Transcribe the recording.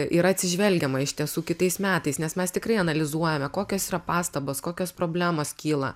yra atsižvelgiama iš tiesų kitais metais nes mes tikrai analizuojame kokios yra pastabos kokios problemos kyla